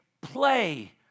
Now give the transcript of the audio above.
play